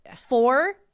four